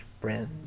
friends